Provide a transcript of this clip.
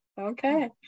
Okay